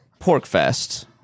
Porkfest